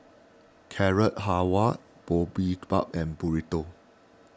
Carrot Halwa Boribap and Burrito